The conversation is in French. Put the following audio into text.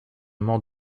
mort